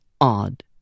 odd